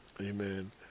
Amen